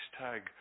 hashtag